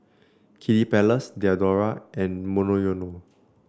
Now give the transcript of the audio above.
Kiddy Palace Diadora and Monoyono